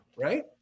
Right